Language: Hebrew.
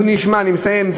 אני מסיים.